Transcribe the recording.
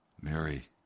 Mary